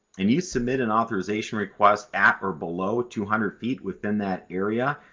and you submit an authorization request at or below two hundred feet within that area,